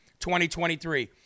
2023